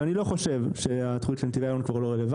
אני לא חושב שהתכנית של נתיבי איילון היא כבר לא רלוונטית.